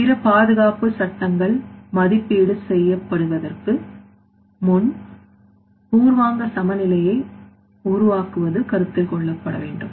பிற பாதுகாப்பு சட்டங்கள் மதிப்பீடு செய்யப்படுவதற்கு முன் பூர்வாங்க சமநிலையை உருவாக்குவது கருத்தில் கொள்ளபடவேண்டும்